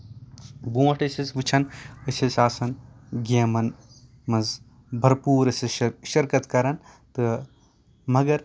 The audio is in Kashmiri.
برونٛٹھ ٲسۍ أسۍ وٕچھان أسۍ ٲسۍ آسان گیمن منٛز برپوٗر ٲسۍ أسۍ شِرکت کران تہٕ مَگر